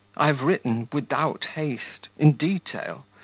i have written, without haste, in detail,